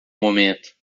momento